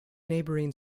neighboring